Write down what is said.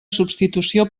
substitució